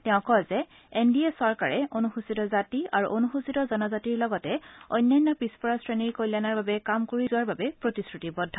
তেওঁ কয় যে এন ডি এ চৰকাৰে অনুসূচিত জাতি আৰু অনুসূচিত জনজাতিৰ লগতে অন্যান্য পিছপৰা শ্ৰেণীৰ কল্যাণৰ বাবেহে কাম কৰি যোৱাৰ বাবে প্ৰতিশ্ৰুতিবদ্ধ